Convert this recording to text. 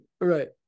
Right